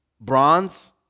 bronze